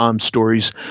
stories